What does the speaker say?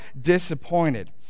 disappointed